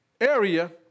area